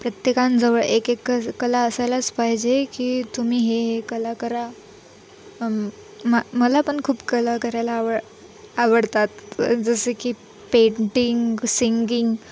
प्रत्येकाजवळ एक एक क कला असायलाच पाहिजे की तुम्ही हे हे कला करा म मला पण खूप कला करायला आव आवडतात जसे की पेंटिंग सिंगिंग